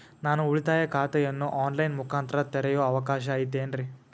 ನಾನು ಉಳಿತಾಯ ಖಾತೆಯನ್ನು ಆನ್ ಲೈನ್ ಮುಖಾಂತರ ತೆರಿಯೋ ಅವಕಾಶ ಐತೇನ್ರಿ?